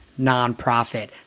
nonprofit